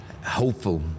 hopeful